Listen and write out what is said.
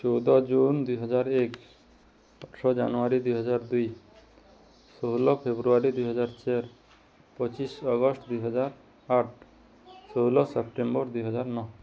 ଚଉଦ ଜୁନ୍ ଦୁଇ ହଜାର ଏକ ଅଠର ଜାନୁଆରୀ ଦୁଇ ହଜାର ଦୁଇ ଷୋହଲ ଫେବୃଆରୀ ଦୁଇ ହଜାର ଚାରି ପଚିଶି ଅଗଷ୍ଟ ଦୁଇ ହଜାର ଆଠ ଷୋହଲ ସେପ୍ଟେମ୍ବର ଦୁଇ ହଜାର ନଅ